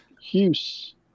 Hughes